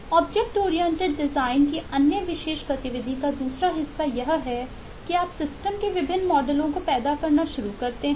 object oriented design की अन्य विशेष गतिविधि का दूसरा हिस्सा यह है कि आप सिस्टम के विभिन्न मॉडलों को पैदा करना शुरू करते हैं